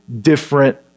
different